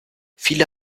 viele